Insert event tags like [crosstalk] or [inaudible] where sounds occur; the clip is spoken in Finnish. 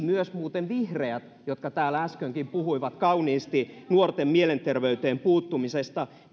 [unintelligible] myös muuten vihreät jotka täällä äskenkin puhuivat kauniisti nuorten mielenterveyteen puuttumisesta